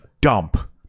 dump